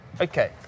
Okay